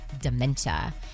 dementia